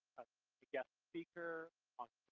a guest speaker on